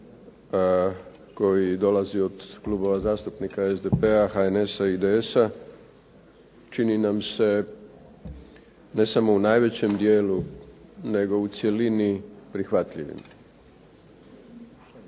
koji dolazi od Klubova zastupnika SDP-a, HNS-a i IDS-a, čini nam se ne samo u najvećem djelu, nego u cjelini prihvatljivim.